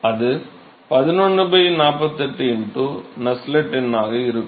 அது 11 48 நசெல்ட் எண் ஆக இருக்கும்